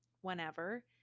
whenever